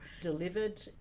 delivered